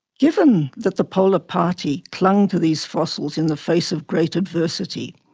given that the polar party clung to these fossils in the face of great adversity,